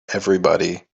everybody